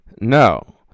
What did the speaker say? No